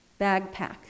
Bagpack